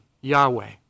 Yahweh